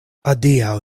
adiaŭ